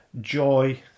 joy